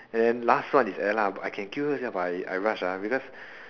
and then last one is Ella but I can kill her sia but I I rush because